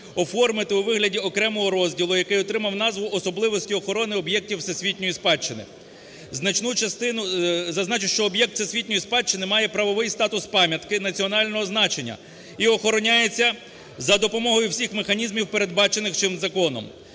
оформити у вигляді окремого розділу, який отримав назву "Особливості охорони об'єктів всесвітньої спадщини". Зазначу, що об'єкт всесвітньої спадщини має правовий статус пам'ятки національного значення і охороняється за допомогою всіх механізмів, передбачених цим законом.